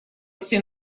всё